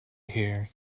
here